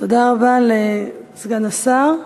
תודה רבה לסגן השר.